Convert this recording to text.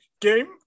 game